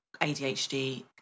ADHD